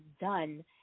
done